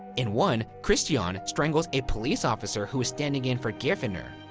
in one, kristjan strangles a police officer who was standing in for geirfinnur.